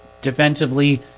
Defensively